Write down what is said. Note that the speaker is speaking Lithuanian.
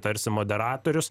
tarsi moderatorius